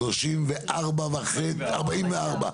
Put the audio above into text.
אנו רואים פה הצעת חוק שלאף גורם מקצוע אין הסבר,